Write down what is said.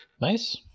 nice